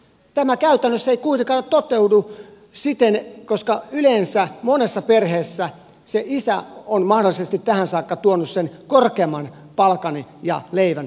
tämä käytännössä ei kuitenkaan toteudu siten koska yleensä monessa perheessä se isä on mahdollisesti tähän saakka tuonut sen korkeamman palkan ja leivän pöytään